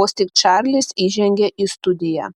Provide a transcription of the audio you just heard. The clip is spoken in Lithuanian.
vos tik čarlis įžengė į studiją